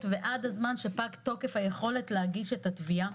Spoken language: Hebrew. ועד הזמן שפג תוקף היכולת להגיש את התביעה.